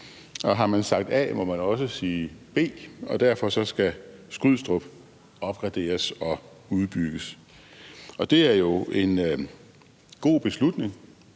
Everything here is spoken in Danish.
og har man sagt A, må man også sige B. Derfor skal Flyvestation Skrydstrup opgraderes og udbygges. Det er jo en god beslutning,